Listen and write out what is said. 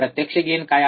प्रत्यक्ष गेन काय आहे